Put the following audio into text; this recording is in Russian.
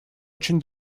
очень